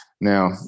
Now